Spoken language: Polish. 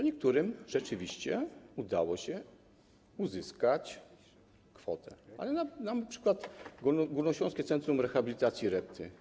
Niektórym rzeczywiście udało się uzyskać kwotę, ale dam przykład Górnośląskiego Centrum Rehabilitacji „Repty”